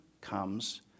comes